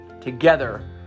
together